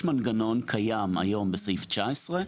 יש מנגנון קיים היום בסעיף 19,